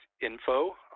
info